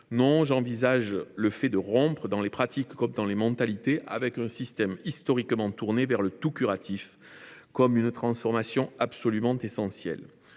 J’envisage au contraire la rupture, dans les pratiques comme dans les mentalités, avec un système historiquement tourné vers le « tout curatif » comme une transformation absolument essentielle.